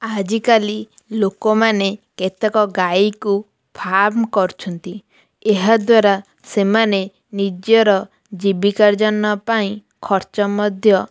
ଆଜିକାଲି ଲୋକମାନେ କେତେକ ଗାଈକୁ ଫାର୍ମ୍ କରୁଛନ୍ତି ଏହାଦ୍ୱାରା ସେମାନେ ନିଜର ଜୀବିକାର୍ଜନ ପାଇଁ ଖର୍ଚ୍ଚ ମଧ୍ୟ